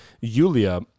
Yulia